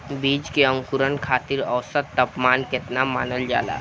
बीज के अंकुरण खातिर औसत तापमान केतना मानल जाला?